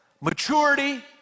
maturity